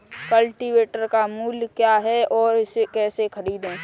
Cultivator का मूल्य क्या है और इसे कैसे खरीदें?